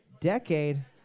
decade